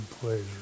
pleasure